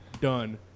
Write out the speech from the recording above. Done